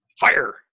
Fire